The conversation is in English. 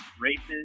races